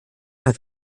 hat